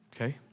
Okay